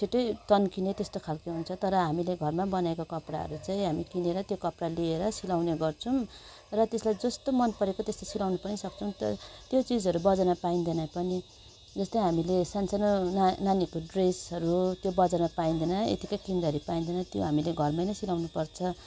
छिट्टै तन्किने त्यस्तो खालके हुन्छ तर हामीले घरमा बनाएको कपडाहरू चाहिँ हामी किनेर त्यो कपडा लिएर सिलाउने गर्छौँ र त्यसलाई जस्तो मन परेको त्यस्तो सिलाउनु पनि सक्छौँ तर त्यो चिजहरू बजारमा पाइन्दैन पनि जस्तै हामीले सानो सानो ना नानीहरूको ड्रेसहरू त्यो बजारमा पाइन्दैन यतिको किन्दाखेरि पाइन्दैन त्यो हामीले घरमा नै सिलाउनु पर्छ